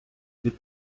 від